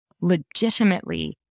legitimately